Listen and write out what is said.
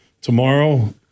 tomorrow